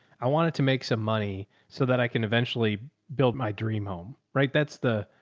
i wanted to make some money so that i can eventually build my dream home. right. that's the,